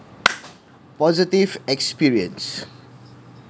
positive experience